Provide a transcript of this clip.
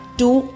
two